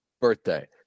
birthday